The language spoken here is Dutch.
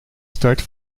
start